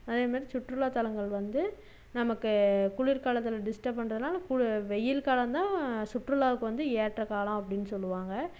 அதேமாரி சுற்றுலா தளங்கள் வந்து நமக்கு குளிர் காலத்தில் டிஸ்ட்ரப் பண்ணுறதுனால வெயில் காலந்தான் சுற்றுலாவுக்கு வந்து ஏற்ற காலம் அப்படின்னு சொல்லுவாங்க